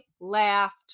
laughed